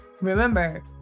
remember